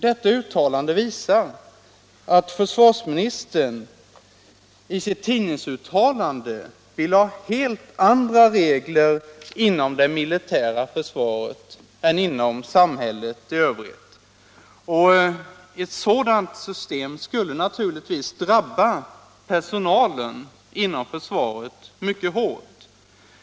Detta visar att försvarsministern i sitt tidningsuttalande vill ha helt andra regler inom det militära försvaret än i samhället i övrigt. Ett sådant system skulle naturligtvis drabba personalen inom försvaret mycket hårt.